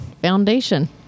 foundation